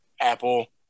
Apple